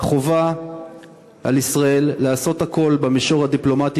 חובה על ישראל לעשות הכול במישור הדיפלומטי